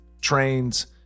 trains